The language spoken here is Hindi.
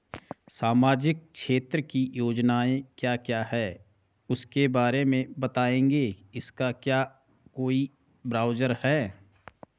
सामाजिक क्षेत्र की योजनाएँ क्या क्या हैं उसके बारे में बताएँगे इसका क्या कोई ब्राउज़र है?